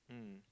mm